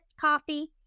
coffee